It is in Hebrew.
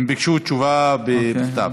הם ביקשו תשובה בכתב.